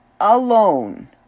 alone